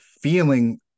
feeling